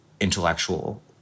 intellectual